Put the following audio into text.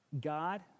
God